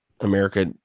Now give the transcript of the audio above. America